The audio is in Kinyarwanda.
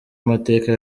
amateka